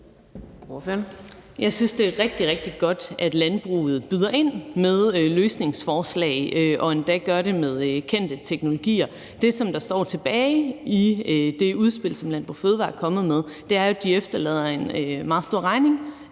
Jeg synes, det er rigtig, rigtig godt, at landbruget byder ind med løsningsforslag og endda gør det med kendte teknologier. Det, der står tilbage i det udspil, som Landbrug & Fødevarer er kommet med, er jo, at de efterlader en meget stor regning